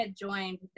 joined